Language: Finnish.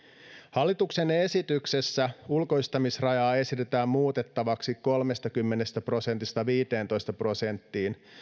hallituksen esityksessä ulkoistamisrajaa esitetään muutettavaksi kolmestakymmenestä prosentista viiteentoista prosenttiin